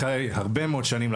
לאחר הרבה מאוד שנים,